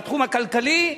בתחום הכלכלי.